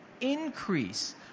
increase